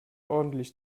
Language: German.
ordentlich